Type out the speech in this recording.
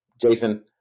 Jason